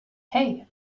hey